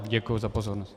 Děkuji za pozornost.